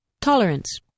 Tolerance